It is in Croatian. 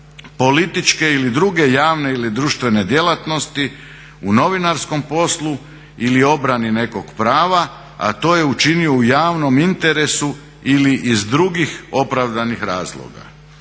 političke ili druge javne ili društvene djelatnosti, u novinarskom poslu ili obrani nekog prava, a to je učinio u javnom interesu ili iz drugih opravdanih razloga.